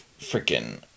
freaking